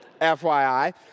FYI